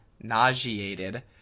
Nauseated